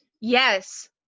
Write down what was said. Yes